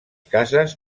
cases